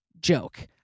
joke